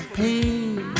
pain